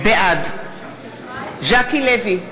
בעד ז'קי לוי,